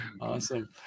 awesome